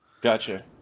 gotcha